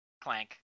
clank